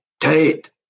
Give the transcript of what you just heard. Tate